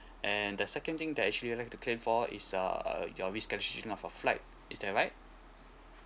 and the second thing that actually like to claim for is uh your rescheduling of a flight is that right